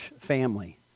family